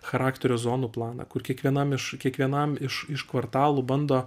charakterio zonų planą kur kiekvienam iš kiekvienam iš iš kvartalų bando